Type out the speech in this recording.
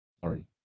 Sorry